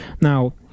Now